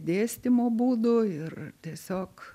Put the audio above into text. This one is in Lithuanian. dėstymo būdo ir tiesiog